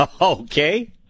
Okay